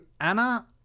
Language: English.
Anna